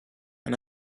and